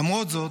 למרות זאת,